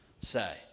say